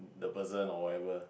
the person or whatever